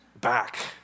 back